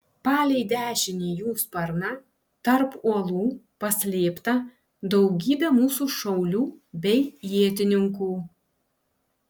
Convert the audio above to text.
palei dešinį jų sparną tarp uolų paslėpta daugybė mūsų šaulių bei ietininkų